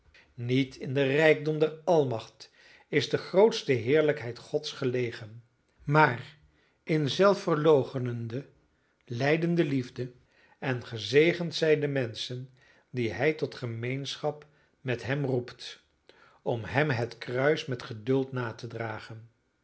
niet in den rijkdom der almacht is de grootste heerlijkheid gods gelegen maar in zelfverloochenende lijdende liefde en gezegend zijn de menschen die hij tot gemeenschap met hem roept om hem het kruis met geduld na te dragen